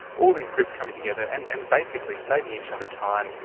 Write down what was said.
all these groups coming together and and basically saving each other time,